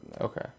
Okay